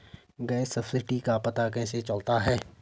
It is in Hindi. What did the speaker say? गैस सब्सिडी का पता कैसे चलता है?